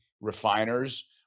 refiners